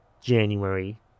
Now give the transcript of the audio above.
January